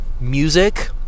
music